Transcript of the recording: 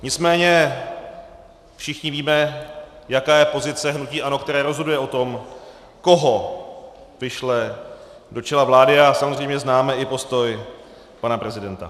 Nicméně všichni víme, jaká je pozice hnutí ANO, které rozhoduje o tom, koho vyšle do čela vlády, a samozřejmě známe i postoj pana prezidenta.